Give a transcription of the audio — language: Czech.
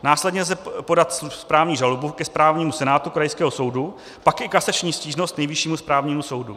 Následně lze podat správní žalobu ke správnímu senátu krajského soudu, pak i kasační stížnost k Nejvyššímu správnímu soudu.